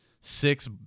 six